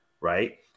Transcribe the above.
right